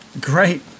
Great